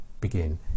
begin